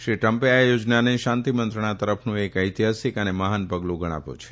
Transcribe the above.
શ્રી ટ્રમ્પે આ યોજનાને શાંતી મંત્રણા તરફનું એક ઐતિહાસીક અને મહાન પગલુ ગણાવ્યું છે